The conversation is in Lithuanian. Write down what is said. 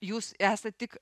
jūs esat tik